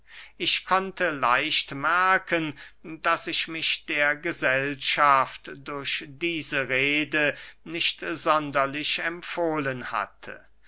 ich konnte leicht merken daß ich mich der gesellschaft durch diese rede nicht sonderlich empfohlen hatte